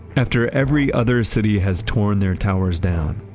after every other city has torn their towers down,